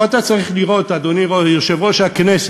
פה אתה צריך לראות, אדוני יושב-ראש הכנסת,